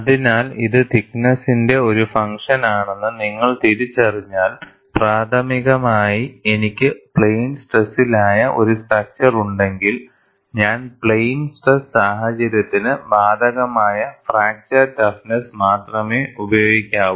അതിനാൽ ഇത് തിക്ക് നെസ്സിന്റെ ഒരു ഫങ്ക്ഷൻ ആണെന്ന് നിങ്ങൾ തിരിച്ചറിഞ്ഞാൽ പ്രാഥമികമായി എനിക്ക് പ്ലെയിൻ സ്ട്രെസ്സിലായ ഒരു സ്ട്രക്ച്ചർ ഉണ്ടെങ്കിൽ ഞാൻ പ്ലെയിൻ സ്ട്രെസ്സ് സാഹചര്യത്തിന് ബാധകമായ ഫ്രാക്ചർ ടഫ്നെസ്സ് മാത്രമേ ഉപയോഗിക്കാവൂ